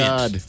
God